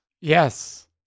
Yes